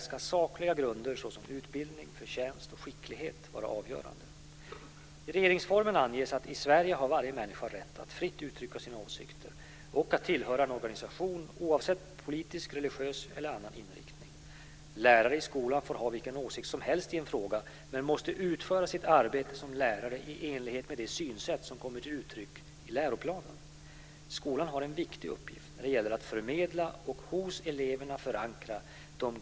Det talas om vuxnas behov av att kunna planera den pedagogiska verksamheten, om kontakten mellan personal och föräldrar, om föräldrarnas möjlighet att förena föräldraskap och förvärvsarbete osv.